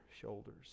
shoulders